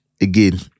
Again